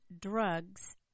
drugs